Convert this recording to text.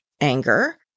anger